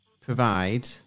provide